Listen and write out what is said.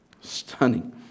Stunning